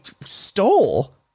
stole